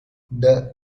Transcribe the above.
the